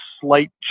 slight